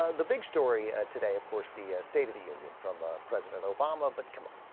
ah the big story ah. today of course the estate of the union from ah. president obama but come ah.